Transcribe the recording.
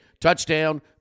touchdown